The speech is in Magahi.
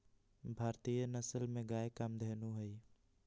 भारतीय नसल में गाय कामधेनु हई